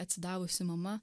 atsidavusi mama